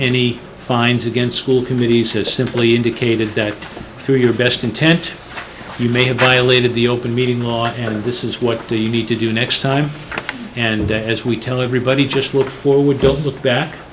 any fines against school committees has simply indicated that through your best intent you may have violated the open meeting law and this is what do you need to do next time and as we tell everybody just look forward build look back